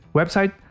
website